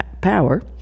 power